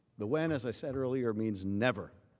the when, as i said, earlier means never.